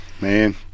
Man